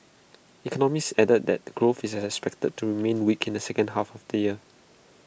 economists added that growth is expected to remain weak in the second half of the year